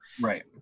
Right